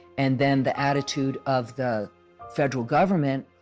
and then the attitude of the federal government,